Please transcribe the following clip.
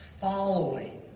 following